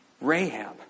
Rahab